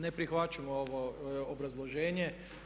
Ne prihvaćamo ovo obrazloženje.